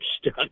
stuck